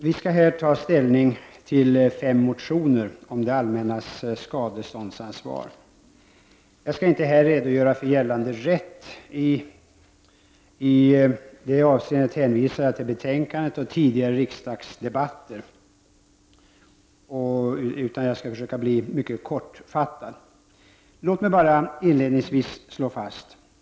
Fru talman! Vi skall här ta ställning till fem motioner om det allmännas skadeståndsansvar. Jag skall inte här redogöra för gällande rätt. När det gäller den saken hänvisar jag till betänkandet och till tidigare riksdagsdebatter. Jag skall försöka bli mycket kortfattad. Låt mig bara inledningsvis slå fast följande.